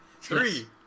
Three